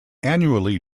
annually